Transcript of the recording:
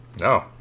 No